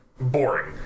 Boring